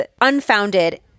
unfounded